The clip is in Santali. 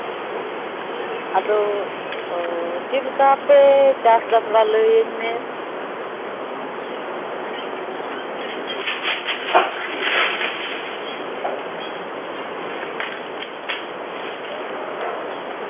ᱟᱫᱚ ᱪᱮᱫ ᱞᱮᱠᱟᱯᱮ ᱪᱟᱥ ᱮᱫᱟ ᱛᱷᱚᱲᱟ ᱞᱟᱹᱭᱟᱹᱧ ᱢᱮ